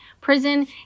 Prison